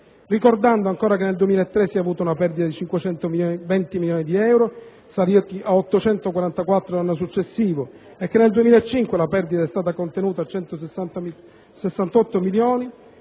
Ricordando ancora che nel 2003 si è avuta una perdita di 520 milioni di euro, saliti a 844 l'anno successivo, che nel 2005 la perdita è stata contenuta a 168 milioni,